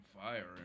fire